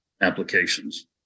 applications